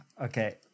Okay